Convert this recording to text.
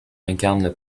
incarne